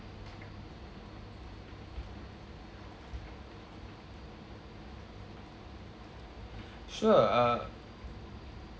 sure err